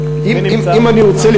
מי נמצא?